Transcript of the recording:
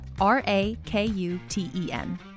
R-A-K-U-T-E-N